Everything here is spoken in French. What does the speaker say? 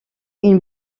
une